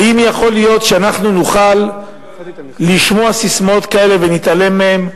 האם יכול להיות שאנחנו נוכל לשמוע ססמאות כאלה ולהתעלם מהן?